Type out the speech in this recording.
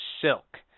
silk